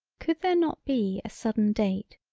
could there not be a sudden date,